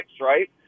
right